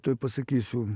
tuoj pasakysiu